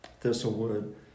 Thistlewood